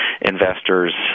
investors